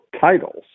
titles